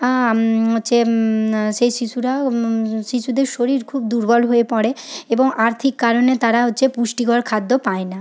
হচ্ছে সেই শিশুরা শিশুদের শরীর খুব দুর্বল হয়ে পড়ে এবং আর্থিক কারনে তারা হচ্ছে পুষ্টিকর খাদ্য পায় না